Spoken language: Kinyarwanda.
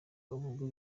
uburyo